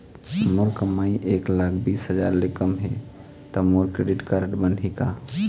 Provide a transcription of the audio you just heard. मोर कमाई एक लाख बीस हजार ले कम हे त मोर क्रेडिट कारड बनही का?